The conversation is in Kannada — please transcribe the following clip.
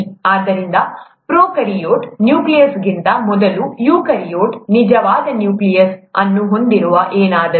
ಆದ್ದರಿಂದ ಪ್ರೊಕಾರ್ಯೋಟ್ ನ್ಯೂಕ್ಲಿಯಸ್ಗಿಂತ ಮೊದಲು ಯೂಕ್ಯಾರಿಯೋಟ್ ನಿಜವಾದ ನ್ಯೂಕ್ಲಿಯಸ್ ಅನ್ನು ಹೊಂದಿರುವ ಏನಾದರೂ